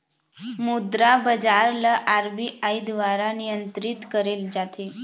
मुद्रा बजार ल आर.बी.आई दुवारा नियंत्रित करे जाथे